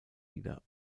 wieder